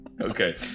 Okay